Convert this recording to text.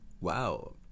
wow